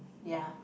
ya